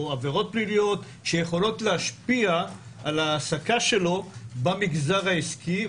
או עבירות פליליות שיכולים להשפיע על ההעסקה שלו במגזר העסקי.